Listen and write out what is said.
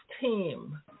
team